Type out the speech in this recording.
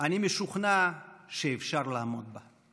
אני משוכנע שאפשר לעמוד בה.